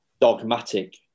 dogmatic